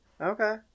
okay